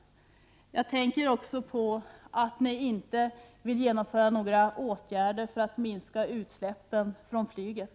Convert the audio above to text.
Jag tänker också på att ni inte vill genomföra några åtgärder för att minska utsläppen från flyget.